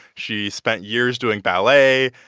she spent years doing ballet.